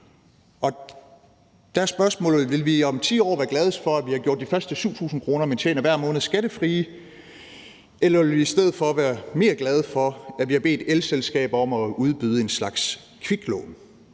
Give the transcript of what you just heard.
Der er spørgsmålet: Vil vi om 10 år være gladest for, at vi har gjort de første 7.000 kr., man tjener hver måned, skattefrie, eller vil vi i stedet for være gladere for, at vi har bedt elselskaber om at udbyde en slags kviklån?